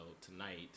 tonight